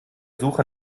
suche